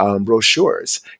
brochures